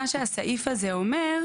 מה שהסעיף הזה אומר,